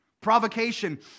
Provocation